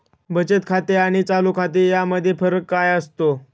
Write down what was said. बचत खाते आणि चालू खाते यामध्ये फरक काय असतो?